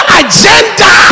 agenda